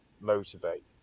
motivate